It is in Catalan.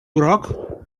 groc